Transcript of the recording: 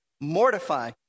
mortify